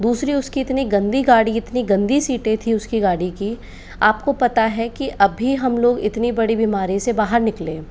दूसरी उसकी इतनी गन्दी गाड़ी इतनी गन्दी सीटें थीं उसकी गाड़ी की आपको पता है कि अभी हम लोग इतनी बड़ी बीमारी से बाहर निकलें हैं